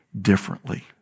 differently